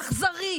האכזרי,